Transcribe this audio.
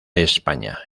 españa